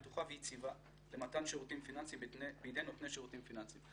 בטוחה ויציבה למתן שירותים פיננסיים בידי נותני שירותים פיננסיים".